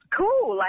cool